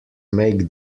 make